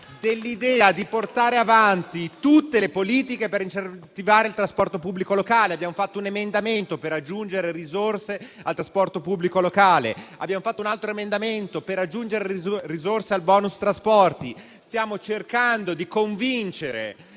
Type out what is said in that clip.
dell'idea di portare avanti tutte le politiche per incentivare il trasporto pubblico locale. Abbiamo presentato un emendamento per aggiungere risorse al trasporto pubblico locale e ne abbiamo presentato un altro per aggiungere risorse al *bonus* trasporti. Stiamo cercando di convincere